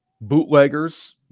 Bootleggers